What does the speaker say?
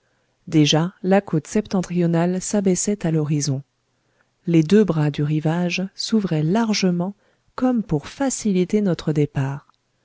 déjà la côte septentrionale s'abaissait à l'horizon les deux bras du rivage s'ouvraient largement comme pour faciliter notre départ